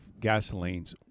gasolines